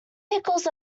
pickles